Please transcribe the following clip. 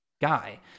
guy